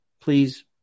Please